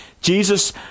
Jesus